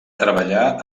treballar